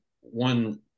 one